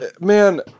Man